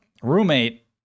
Roommate